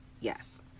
Yes